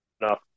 enough